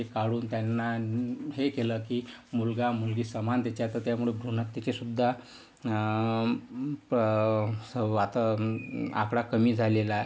ते काढून त्यांना हे केलं की मुलगा मुलगी समान त्याच्या तर त्यामुळं भ्रूणहत्येचे सुद्धा आता आकडा कमी झालेला आहे